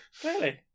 clearly